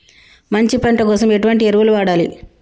మంచి పంట కోసం ఎటువంటి ఎరువులు వాడాలి?